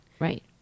Right